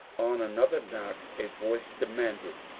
on another knock a voice demanded,